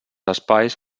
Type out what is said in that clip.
espais